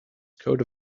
coat